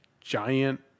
giant